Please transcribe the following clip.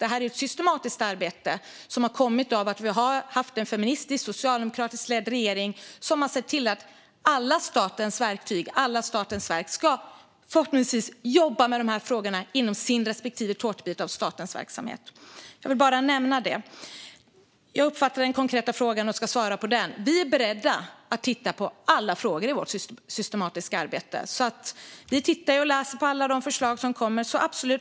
Det är ett systematiskt arbete som har kommit av att vi har haft en feministisk socialdemokratiskt ledd regering som har sett till att alla statens verktyg, alla statens verk, förhoppningsvis ska jobba med dessa frågor inom sina respektive tårtbitar av statens verksamhet. Jag vill bara nämna det. Jag uppfattade den konkreta frågan och ska svara på den. Vi är beredda att titta på alla frågor i vårt systematiska arbete. Vi tittar på och läser alla de förslag som kommer - absolut.